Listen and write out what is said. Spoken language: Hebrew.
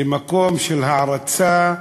למקום של הערצה.